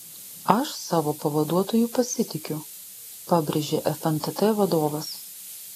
aš savo pavaduotoju pasitikiu pabrėžė fntt vadovas